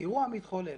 אירוע מתחולל.